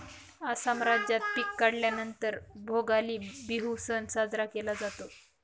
आसाम राज्यात पिक काढल्या नंतर भोगाली बिहू सण साजरा केला जातो